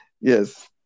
yes